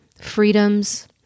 freedoms